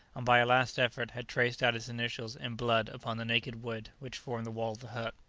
and by a last effort had traced out his initials in blood upon the naked wood which formed the wall of the hut.